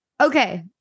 Okay